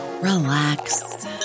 relax